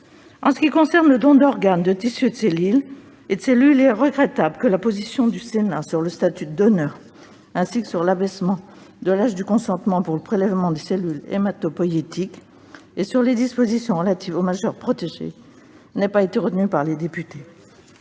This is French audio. En ce qui concerne le don d'organes, de tissus et de cellules, il est regrettable que les positions du Sénat sur le statut de donneur, ainsi que sur l'abaissement de l'âge du consentement pour le prélèvement de cellules hématopoïétiques et sur les dispositions relatives aux majeurs protégés n'aient pas été retenues par les députés.